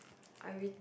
I will